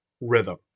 rhythm